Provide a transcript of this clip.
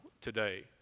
today